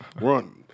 run